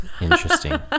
Interesting